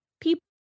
people